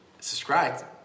subscribe